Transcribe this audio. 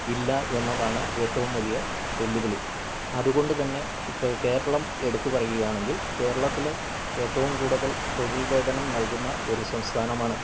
ഇല്ല എന്നതാണ് ഏറ്റവും വലിയ വെല്ലുവിളി അതുകൊണ്ട് തന്നെ ഇപ്പോള് കേരളം എടുത്തു പറയുകയാണെങ്കിൽ കേരളത്തില് ഏറ്റവും കൂടുതൽ തൊഴിൽവേതനം നൽകുന്ന ഒരു സംസ്ഥാനമാണ്